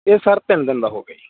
ਇਹ ਸਰ ਤਿੰਨ ਦਿਨ ਦਾ ਹੋ ਗਿਆ ਜੀ